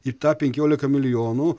į tą penkiolika milijonų